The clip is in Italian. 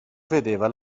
vedeva